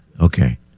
Okay